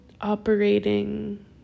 operating